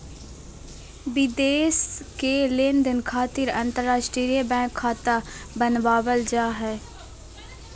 विदेश के लेनदेन खातिर अंतर्राष्ट्रीय बैंक खाता बनावल जा हय